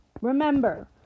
remember